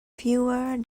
fewer